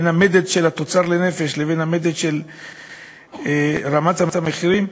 בין המדד של התוצר לנפש לבין המדד של רמת המחירים,